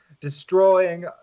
destroying